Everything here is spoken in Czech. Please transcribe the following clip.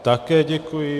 Také děkuji.